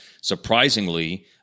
surprisingly